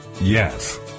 Yes